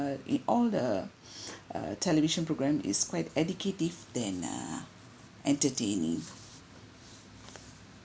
it all the uh television programme is quite educative than uh entertaining